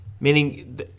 meaning